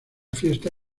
fiesta